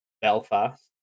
Belfast